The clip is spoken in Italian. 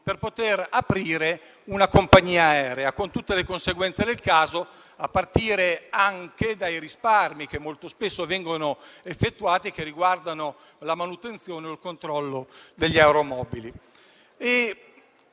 per poter aprire una compagnia aerea, con tutte le conseguenze del caso, a partire anche dai risparmi che molto spesso vengono effettuati nell'ambito della manutenzione e del controllo degli aeromobili.